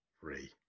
free